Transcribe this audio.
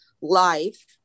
life